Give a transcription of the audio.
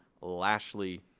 Lashley